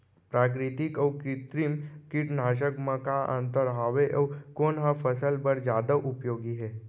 प्राकृतिक अऊ कृत्रिम कीटनाशक मा का अन्तर हावे अऊ कोन ह फसल बर जादा उपयोगी हे?